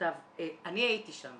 אני הייתי שם